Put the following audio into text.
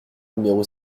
numéro